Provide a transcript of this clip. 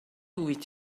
with